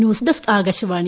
news desk Akashvani